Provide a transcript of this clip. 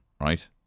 right